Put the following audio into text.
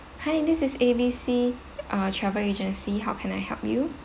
hi this is A B C uh travel agency how can I help you